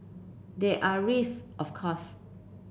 there are risk of course